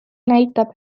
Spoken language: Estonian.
näitab